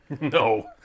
no